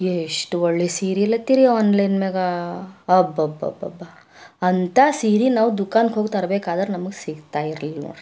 ಎಷ್ಟು ಒಳ್ಳೆ ಸೀರೆ ಲತ್ತೀರಿ ಆನ್ಲೈನ್ ಮ್ಯಾಗ ಅಬ್ಬಬಬಬ್ಬ ಅಂಥ ಸೀರೆ ನಾವು ದುಖಾನ್ಕೋಗಿ ತರಬೇಕಾದ್ರೆ ನಮ್ಗೆ ಸಿಕ್ತಾ ಇರ್ಲಿಲ್ಲ ನೋಡ್ರಿ